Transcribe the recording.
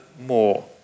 more